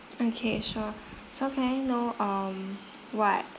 okay sure so can I know um what